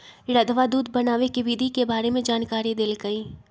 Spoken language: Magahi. रधवा दूध बनावे के विधि के बारे में जानकारी देलकई